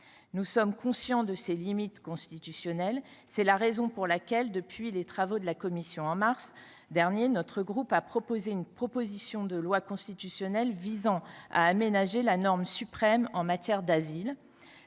Nous sommes conscients de ces limites constitutionnelles. C’est la raison pour laquelle, depuis les travaux de la commission, en mars dernier, notre groupe a déposé une proposition de loi constitutionnelle visant à aménager la norme suprême en matière d’asile.